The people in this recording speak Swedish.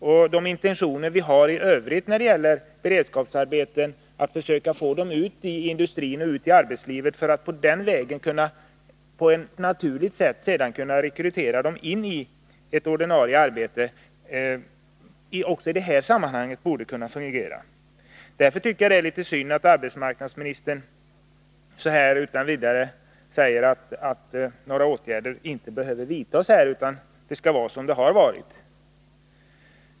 Vi har ju de intentionerna när det gäller beredskapsarbete att vi vill försöka få ungdomarna ut i industrin och ut i arbetslivet för att på den vägen sedan på ett naturligt sätt kunna rekrytera dem ini ett ordinarie arbete. Ett sådant system borde kunna fungera också i det här sammanhanget. Därför tycker jag att det är litet synd att arbetsmarknadsministern så här utan vidare säger att inga åtgärder behöver vidtas och att det skall vara som det har varit.